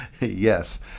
Yes